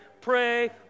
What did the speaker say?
Pray